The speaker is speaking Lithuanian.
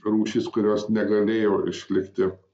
rūšys kurios negalėjo išlikti